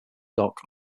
dock